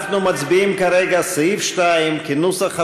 אנחנו מצביעים כרגע על סעיף 2, כנוסח הוועדה,